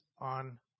on